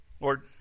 Lord